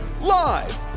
Live